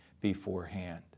beforehand